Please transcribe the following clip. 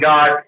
God